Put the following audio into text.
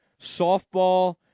softball